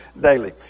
daily